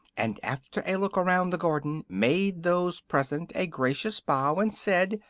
and after a look around the garden made those present a gracious bow and said,